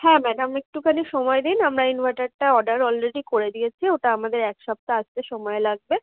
হ্যাঁ ম্যাডাম একটুখানি সময় দিন আমরা ইনভার্টারটা অর্ডার অলরেডি করে দিয়েছি ওটা আমাদের এক সপ্তাহ আসতে সময় লাগবে